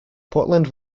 portland